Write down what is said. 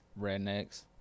rednecks